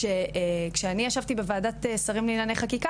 וכשאני ישבתי בוועדת שרים לענייני חקיקה